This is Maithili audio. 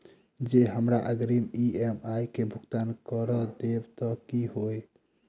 जँ हमरा अग्रिम ई.एम.आई केँ भुगतान करऽ देब तऽ कऽ होइ?